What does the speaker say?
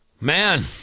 man